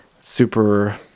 super